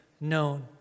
known